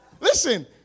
listen